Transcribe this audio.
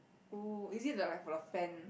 oh is it the like for the fan